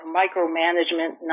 micromanagement